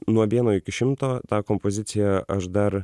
nuo vieno iki šimto tą kompoziciją aš dar